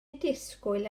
disgwyl